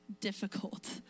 difficult